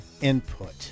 input